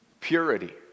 Purity